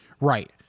Right